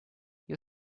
you